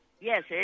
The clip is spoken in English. Yes